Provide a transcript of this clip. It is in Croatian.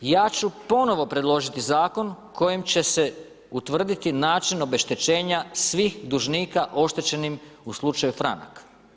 Ja ću ponovo predložiti zakon kojim će se utvrditi način obeštećenja svih dužnika oštećenim u slučaju franak.